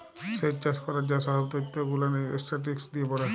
স্যেচ চাষ ক্যরার যা সহব ত্যথ গুলান ইসট্যাটিসটিকস দিয়ে পড়ে